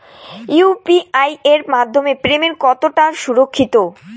UPI এর মাধ্যমে payment কতটা সুরক্ষিত?